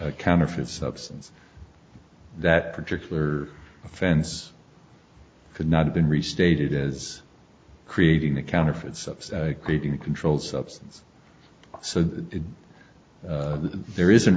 a counterfeit substance that particular offense could not have been restated as creating the counterfeits of creating a controlled substance so that there isn't